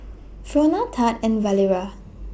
Fronia Thad and Valeria